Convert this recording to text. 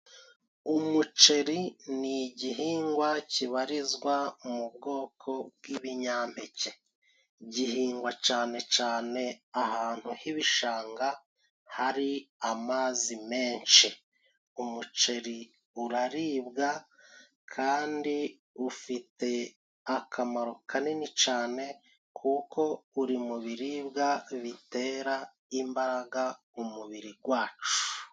Umuceri ni igihingwa kibarizwa mu bwoko bw'ibinyampeke, gihingwa cane cane ahantu h'ibishanga ,hari amazi menshi, umuceri uraribwa kandi ufite akamaro kanini cane ,kuko uri mu biribwa bitera imbaraga umubiri gwacu.